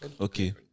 Okay